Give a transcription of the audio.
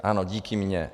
Ano, díky mně.